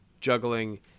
juggling